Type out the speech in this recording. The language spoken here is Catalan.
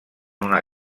una